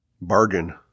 bargain